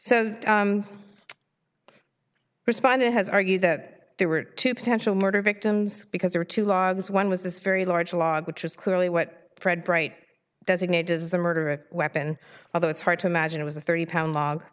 so responded has argued that there were two potential murder victims because there are two logs one was this very large log which is clearly what fred bright designated as the murder weapon although it's hard to imagine it was a thirty pound log